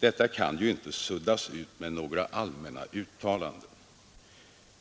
Detta kan inte suddas ut med några allmänna uttalanden.